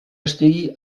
estigui